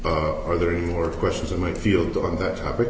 y are there any more questions in my field on that topic